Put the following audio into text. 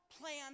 plan